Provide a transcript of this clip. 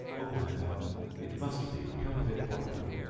o my father it must be, come of it what will!